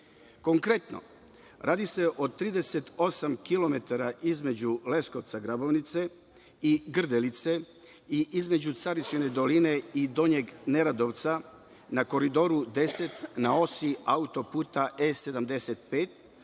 Neradovca. Konkretno radi se o 38 kilometara između Leskovca, Grabovnice i Grdelice i između Caričine Doline i Donjeg Neradovca na Koridoru 10, na osi autoputa E75